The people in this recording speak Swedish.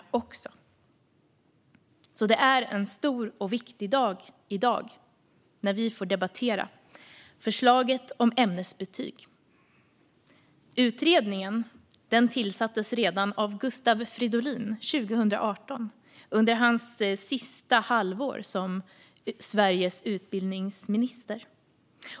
Det är en stor och viktig dag i dag när vi får debattera förslaget om ämnesbetyg. Utredningen tillsattes redan av Gustav Fridolin 2018 under hans sista halvår som Sveriges utbildningsminister.